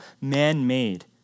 man-made